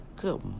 Good